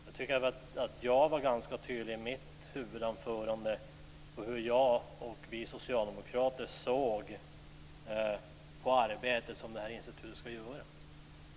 Jag tycker att jag var ganska tydlig i mitt huvudanförande på hur jag och vi socialdemokrater ser på det arbete som det familjmedicinska institutet ska utföra.